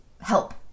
Help